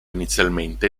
inizialmente